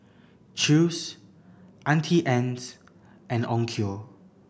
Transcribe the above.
Chew's Auntie Anne's and Onkyo